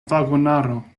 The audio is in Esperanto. vagonaro